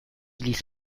ließ